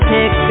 Pick